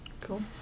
cool